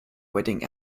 wedding